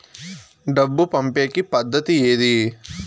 డబ్బు పంపేకి పద్దతి ఏది